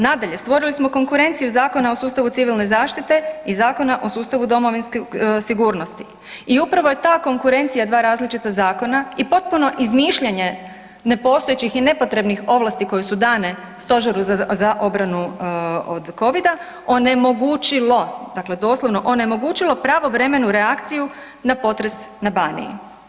Nadalje, stvorili smo konkurenciju Zakona o sustavu Civilne zaštite i Zakona o sustavu domovinske sigurnosti i upravo je ta konkurencija dva različita Zakona i potpuno izmišljanje nepostojećih i nepotrebnih ovlasti koje su dane Stožeru za obranu od Covida, onemogućilo, dakle doslovno onemogućilo pravovremenu reakciju na potres na Baniji.